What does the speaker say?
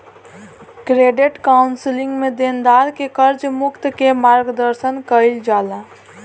credit counselling में देनदार के कर्ज मुक्त के मार्गदर्शन कईल जाला